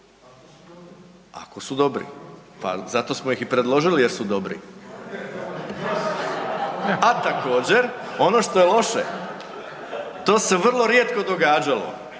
Ako su dobri. Pa zato smo ih i predložili jer su dobri. A također, ono što je loše, to se vrlo rijetko događalo